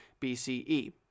BCE